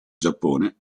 giappone